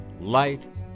light